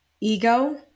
ego